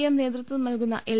M നേതൃത്വം നൽകുന്ന L